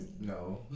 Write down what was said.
No